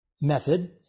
method